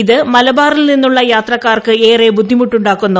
ഇത് മലബാറിൽനിന്നുള്ള യാത്രക്കാർക്ക് ഏറെ ബുദ്ധിമുട്ടുണ്ടാക്കുന്നു